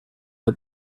get